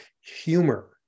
humor